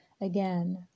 again